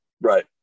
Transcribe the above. Right